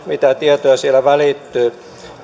mitä tietoja siellä välittyy